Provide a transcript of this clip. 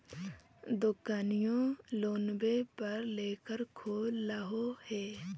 दोकनिओ लोनवे पर लेकर खोललहो हे?